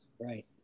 Right